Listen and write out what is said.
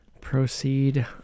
proceed